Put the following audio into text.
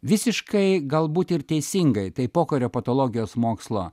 visiškai galbūt ir teisingai tai pokario patologijos mokslo